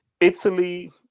Italy